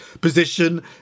position